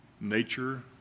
nature